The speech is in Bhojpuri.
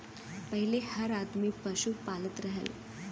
पहिले हर आदमी पसु पालत रहल